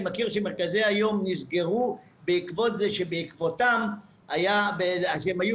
אני מכיר שמרכזי היום נסגרו בעקבות זה שהם היו